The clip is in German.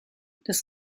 das